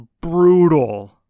brutal